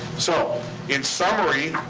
so in summary,